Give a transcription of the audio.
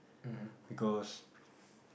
because